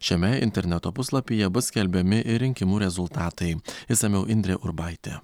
šiame interneto puslapyje bus skelbiami ir rinkimų rezultatai išsamiau indrė urbaitė